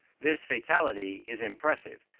this fatality is impressive,